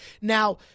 Now